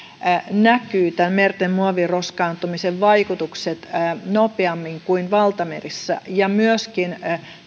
näkyvät merten muoviroskaantumisen vaikutukset nopeammin kuin valtamerissä ja missä myöskin